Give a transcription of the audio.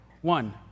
one